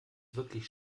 wirklich